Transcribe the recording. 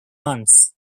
months